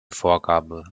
vorgabe